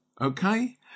okay